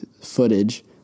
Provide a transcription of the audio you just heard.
footage